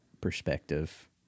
perspective